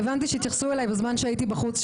הבנתי שהתייחסו אליי בזמן שהייתי בחוץ,